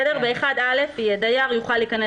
בסעיף (1)(א) יהיה: דייר יוכל להיכנס